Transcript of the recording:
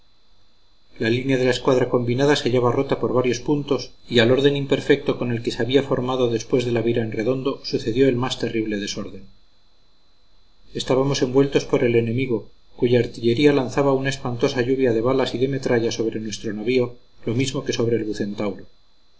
la línea de la escuadra combinada se hallaba rota por varios puntos y al orden imperfecto con que se había formado después de la vira en redondo sucedió el más terrible desorden estábamos envueltos por el enemigo cuya artillería lanzaba una espantosa lluvia de balas y de metralla sobre nuestro navío lo mismo que sobre el